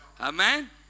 Amen